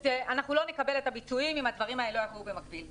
אנחנו לא נקבל את הביצועים אם הדברים האלה לא יעבדו במקביל.